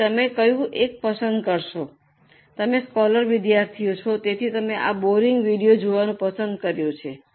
તેથી તમે કયું એક પસંદ કરશો તમે સ્કાલર વિદ્યાર્થીઓ છો તેથી તમે આ બોરિંગ વિડિઓ જોવાનું પસંદ કર્યું છે